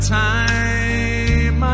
time